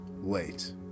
wait